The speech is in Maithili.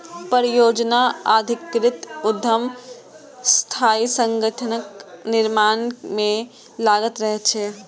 परियोजना आधारित उद्यम अस्थायी संगठनक निर्माण मे लागल रहै छै